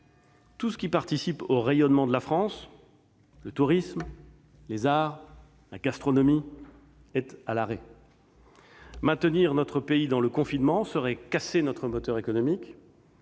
Tout ce qui participe au rayonnement de la France, comme le tourisme, les arts, la gastronomie, est à l'arrêt. Maintenir notre pays dans le confinement reviendrait à casser notre moteur économique,